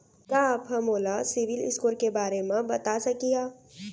का आप हा मोला सिविल स्कोर के बारे मा बता सकिहा?